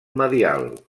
medial